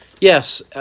Yes